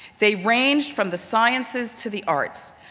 they ranged from the sciences to the arts.